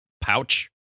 pouch